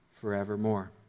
forevermore